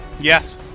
Yes